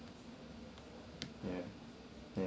ya ya